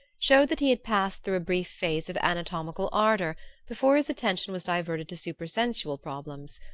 showed that he had passed through a brief phase of anatomical ardor before his attention was diverted to super-sensual problems.